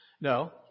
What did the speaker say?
No